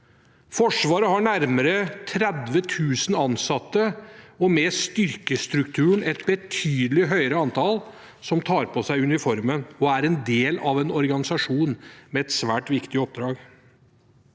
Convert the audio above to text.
Forsvaret har nærmere 30 000 ansatte og med styrkestrukturen et betydelig høyere antall som tar på seg uniformen og er en del av en organisasjon med et svært viktig oppdrag.